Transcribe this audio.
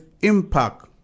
impact